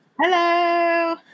hello